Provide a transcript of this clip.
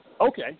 Okay